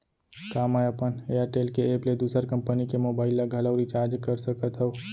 का मैं अपन एयरटेल के एप ले दूसर कंपनी के मोबाइल ला घलव रिचार्ज कर सकत हव?